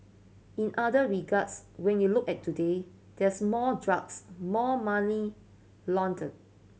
in other regards when you look at today there's more drugs more money laundered